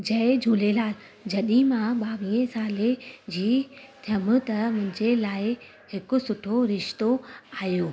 जय झूलेलाल जॾहिं मां ॿावीह सालनि जी थियमि त मुंहिंजे लाइ हिकु सुठो रिश्तो आयो